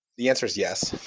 the answer is yes.